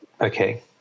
okay